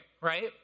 Right